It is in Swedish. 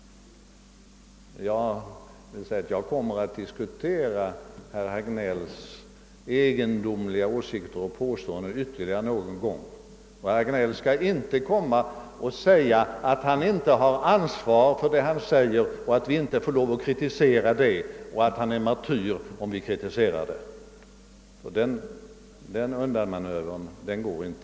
Jag kommer att diskutera herr Hagnells egendomliga åsikter och påståenden ytterligare någon gång. Herr Hagnell skall inte komma och säga att han inte har ansvaret för vad han yttrar och att vi inte får lov att kritisera honom. Han blir ingen martyr om vi ändå gör det. Den undanmanövern går inte.